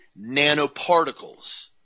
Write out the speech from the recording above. nanoparticles